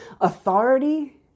authority